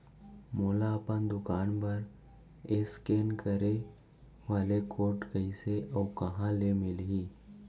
मोला अपन दुकान बर इसकेन करे वाले कोड कइसे अऊ कहाँ ले मिलही?